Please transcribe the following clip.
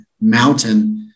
mountain